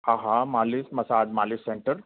हा हा मालिश मसाज मालिश सेंटर